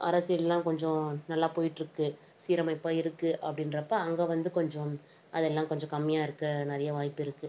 அரசியல்லாம் கொஞ்சம் நல்லா போய்ட்ருக்கு சீரமைப்பாக இருக்குது அப்படின்றப்ப அங்கே வந்து கொஞ்சம் அதெல்லாம் கொஞ்சம் கம்மியாக இருக்க நிறைய வாய்ப்பு இருக்குது